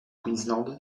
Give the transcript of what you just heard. queensland